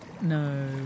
No